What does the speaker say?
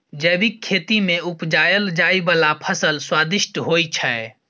जैबिक खेती मे उपजाएल जाइ बला फसल स्वादिष्ट होइ छै